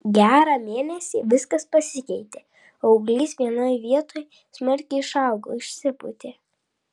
prieš gerą mėnesį viskas pasikeitė auglys vienoj vietoj smarkiai išaugo išsipūtė